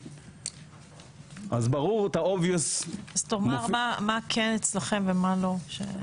תאמר מה כן אצלכם ומה לא.